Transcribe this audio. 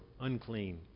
unclean